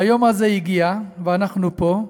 והיום הזה הגיע, ואנחנו פה,